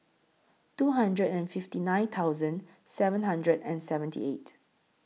two hundred and fifty nine thousand seven hundred and seventy eight